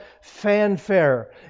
fanfare